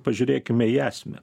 pažiūrėkime į esmę